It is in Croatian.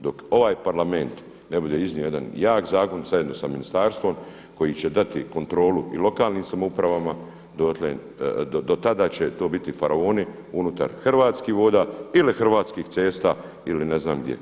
Dok ovaj Parlament ne bude iznio jedan jak zakon zajedno sa ministarstvom koji će dati kontrolu i lokalnim samoupravama do tada će to biti faraoni unutar Hrvatskih voda ili Hrvatskih cesta ili ne znam gdje.